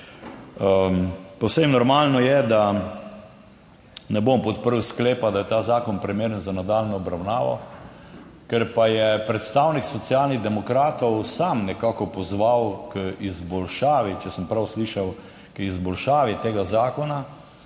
Povsem normalno je, da ne bom podprl sklepa, da je ta zakon primeren za nadaljnjo obravnavo. Ker pa je predstavnik Socialnih demokratov sam nekako pozval k izboljšavi, če sem prav slišal, k izboljšavi tega zakona.